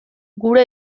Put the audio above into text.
gure